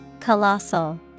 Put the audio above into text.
Colossal